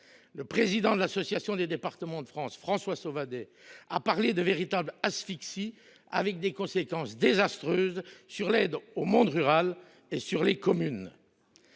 le président de l’Assemblée des départements de France, M. François Sauvadet, a parlé d’une véritable asphyxie, avec des conséquences désastreuses sur l’aide au monde rural et sur les communes.